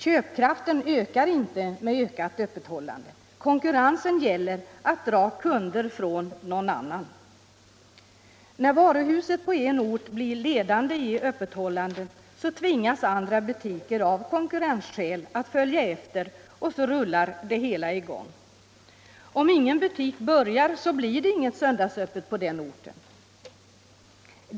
Köpkraften ökar inte med ökat öppethållande; konkurrensen gäller att dra kunder från någon annan. När varuhuset på en ort blir ledande i öppethållandet, tvingas andra butiker av konkurrensskäl att följa efter, och så rullar det hela i gång. Om ingen butik börjar så blir det inget söndagsöppet på den orten.